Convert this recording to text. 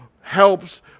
helps